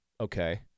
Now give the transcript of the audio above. Okay